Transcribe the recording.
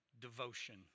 Devotion